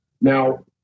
now